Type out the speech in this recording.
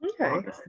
Okay